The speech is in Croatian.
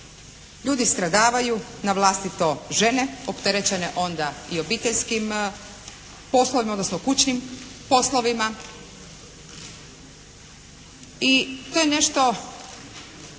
Ljudi stradavaju na vlastito žene opterećene onda i obiteljskim poslovima, odnosno kućnim poslovima i to je nešto